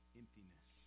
emptiness